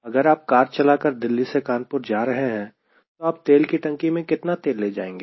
अगर आप कार चलाकर दिल्ली से कानपुर जा रहे हैं तो आप तेल की टंकी में कितना तेल ले जाएंगे